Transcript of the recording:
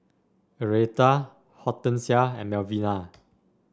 Arietta Hortensia and Melvina